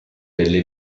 delle